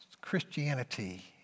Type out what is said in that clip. Christianity